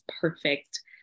perfect